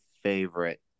favorite